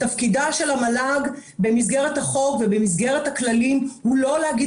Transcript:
תפקידה של המל"ג במסגרת החוק ובמסגרת הכללים הוא לא להגיד